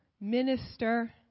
minister